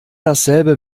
dasselbe